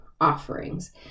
offerings